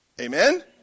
Amen